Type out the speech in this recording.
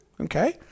Okay